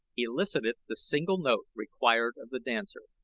elicited the single note required of the dancer.